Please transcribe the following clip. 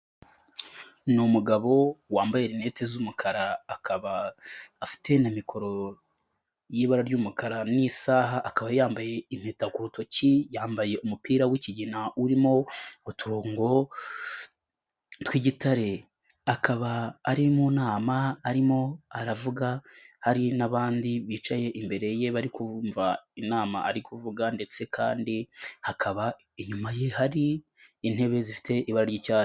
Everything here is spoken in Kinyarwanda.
Ni umugabo wambaye linete z'umukara, akaba afite mikoro y'ibara ry'umukara n'isaha, akaba yambaye impeta ku rutoki, yambaye umupira w'ikigina urimo uturongo tw'igitare, akaba ari mu nama arimo aravuga, hari n'abandi bicaye imbere ye bari kumva inama ari kuvuga ndetse kandi hakaba inyuma ye hari intebe zifite iba ry'icyatsi.